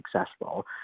successful